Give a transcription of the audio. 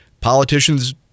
politicians